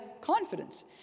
confidence